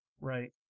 Right